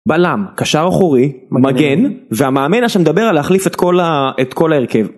בלם קשר אחורי מגן והמאמן שמדבר על להחליף את כל ההרכב.